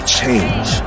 change